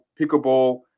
pickleball